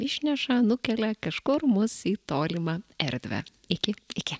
išneša nukelia kažkur mus į tolimą erdvę iki iki